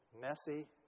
messy